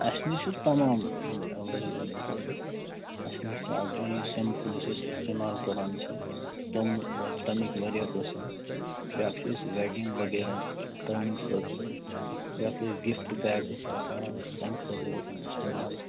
اَسہِ نِش چھِ تمام یِم اٮ۪ویلیبل وٕچھ حظ اَسہِ نِش چھِ اکھ سِپٕمل یُس أسۍ استعمال کران چھِ تِم وٲتۍ تَمِکۍ واریاہ قسم بیاکھ چھِ اَسہِ بیٚڈِنٛگ وغیرہ تَمہِ خٲطرٕ یَتھ أسۍ گِفٹ پیکس آسان حظ تَمہِ خٲطرٕ گَژھان استعمال